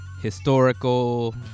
historical